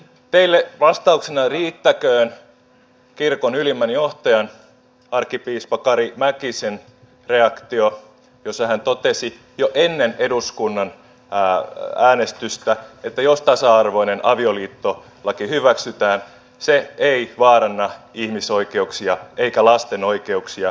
teille vastauksena riittäköön kirkon ylimmän johtajan arkkipiispa kari mäkisen reaktio jossa hän totesi jo ennen eduskunnan äänestystä että jos tasa arvoinen avioliittolaki hyväksytään se ei vaaranna ihmisoikeuksia eikä lasten oikeuksia